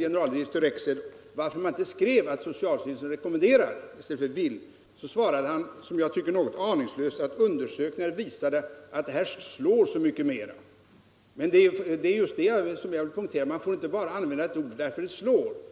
generaldirektör Rexed har på min fråga, varför man inte skrivit att socialstyrelsen rekommenderar i stället för att använda ordet vill, svarat - som jag tycker något aningslöst — att undersökningar visat att den senare formuleringen slår så mycket bättre. Det är just det som jag poängterat. Man får inte bara använda ett ord därför att det slår.